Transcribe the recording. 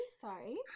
Sorry